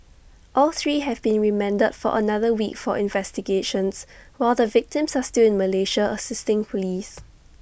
all three have been remanded for another week for investigations while the victims are still in Malaysia assisting Police